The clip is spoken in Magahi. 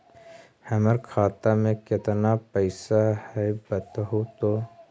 हमर खाता में केतना पैसा है बतहू तो?